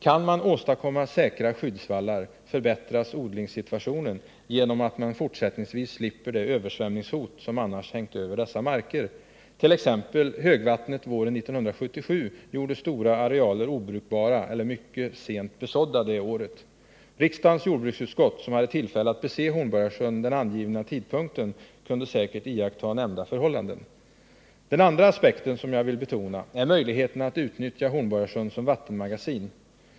Kan man åstadkomma säkra skyddsvallar förbättras odlingssituationen genom att man fortsättningsvis slipper det översvämningshot som annars hängt över dessa marker. T. ex. högvattnet våren 1977 gjorde stora arealer obrukbara eller mycket sent besådda det året. Riksdagens jordbruksutskott, som hade tillfälle att bese Hornborgasjön vid den angivna tidpunkten, kunde säkert iaktta nämnda förhållanden. Den andra aspekten som jag vill betona är möjligheterna att utnyttja Hornborgasjön som vattenmagasin.